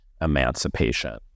emancipation